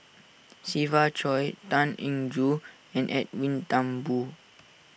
Siva Choy Tan Eng Joo and Edwin Thumboo